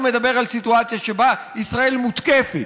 מדבר על סיטואציה שבה ישראל מותקפת.